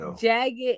Jagged